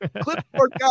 Clipboard